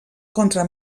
contra